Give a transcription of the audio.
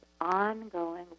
ongoing